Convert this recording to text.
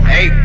Hey